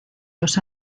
los